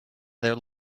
their